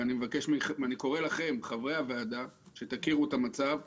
ואני קורא לכם, חברי הוועדה, שתכירו את המצב.